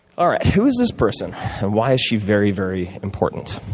all right. who is this person and why is she very, very important?